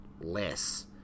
less